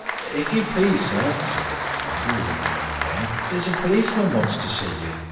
if you please, sir, said the landlady, with an alarmed air, there's a policeman wants to see you.